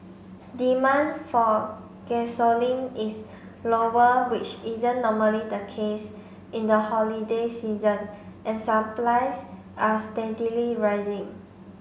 demand for gasoline is lower which isn't normally the case in the holiday season and supplies are steadily rising